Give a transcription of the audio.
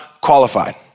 qualified